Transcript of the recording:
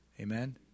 Amen